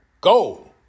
Go